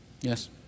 Yes